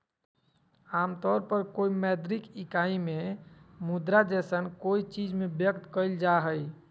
आमतौर पर कोय मौद्रिक इकाई में मुद्रा जैसन कोय चीज़ में व्यक्त कइल जा हइ